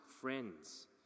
friends